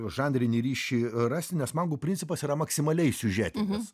žanrinį ryšį rasti nes mangų principas yra maksimaliai siužetinis